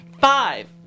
Five